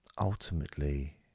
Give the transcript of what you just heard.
ultimately